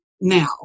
now